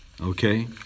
Okay